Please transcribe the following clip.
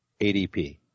ADP